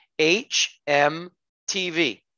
HMTV